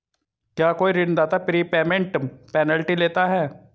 क्या कोई ऋणदाता प्रीपेमेंट पेनल्टी लेता है?